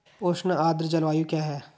उष्ण आर्द्र जलवायु क्या है?